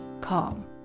calm